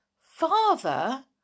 Father